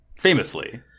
famously